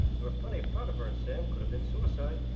there were plenty of powder burns, sam. could have been suicide